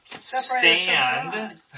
Stand